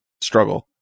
struggle